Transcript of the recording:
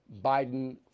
Biden